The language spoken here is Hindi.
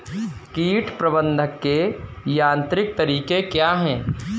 कीट प्रबंधक के यांत्रिक तरीके क्या हैं?